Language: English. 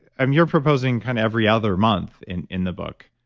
um you're proposing kind of every other month in in the book,